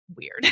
weird